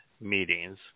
meetings